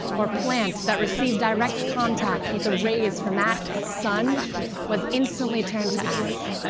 or plant that received direct contact with the rays from that sun was instantly turned to ash.